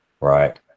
Right